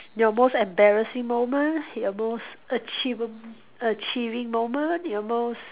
your most embarassing moment your most achieveab~ achieving moment your most